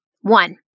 One